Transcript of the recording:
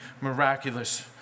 miraculous